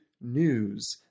news